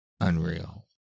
Unreal